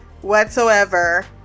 whatsoever